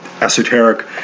esoteric